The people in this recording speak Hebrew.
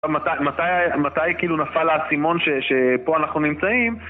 מתי כאילו נפל האסימון שפה אנחנו נמצאים?